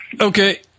Okay